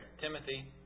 Timothy